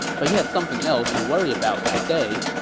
but he had something else to worry about that day.